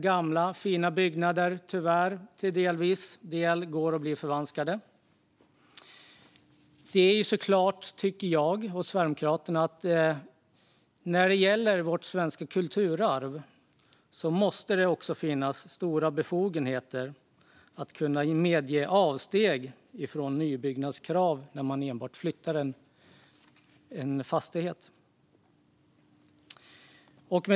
Gamla fina byggnader blir, tyvärr, delvis förvanskade. Vi i Sverigedemokraterna tycker att det i fråga om vårt svenska kulturarv måste finnas stora befogenheter att medge avsteg från nybyggnadskrav när en fastighet flyttas.